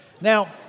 Now